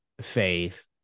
faith